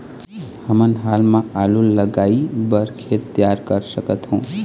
हमन हाल मा आलू लगाइ बर खेत तियार कर सकथों?